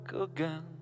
again